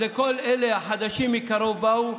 אז לכל אלה החדשים מקרוב באו,